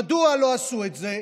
מדוע לא עשו את זה?